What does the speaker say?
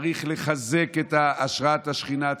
צריך לחזק את השראת השכינה,